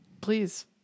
Please